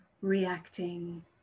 reacting